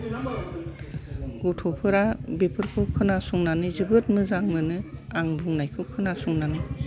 गथ'फोरा बेफोरखौ खोनासंनानै जोबोद मोजां मोनो आं बुंनायखौ खोनासंनानै